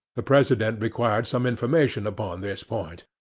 the president required some information upon this point.